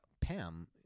Pam